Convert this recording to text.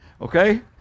okay